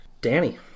Danny